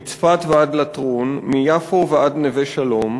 מצפת ועד לטרון, מיפו ועד נווה-שלום,